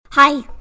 hi